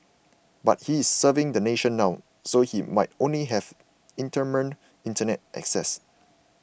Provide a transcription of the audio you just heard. but he is serving the nation now so he might only have intermittent Internet access